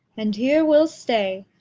and here we'll stay,